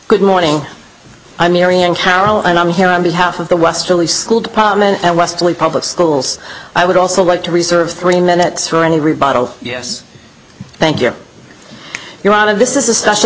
good morning i'm mary and carol and i'm here on behalf of the westerly school department at westerly public schools i would also like to reserve three minutes for any rebuttal yes thank you you're out of this is a special